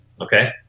Okay